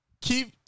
Keep